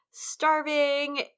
starving